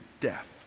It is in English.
death